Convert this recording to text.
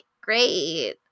great